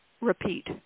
repeat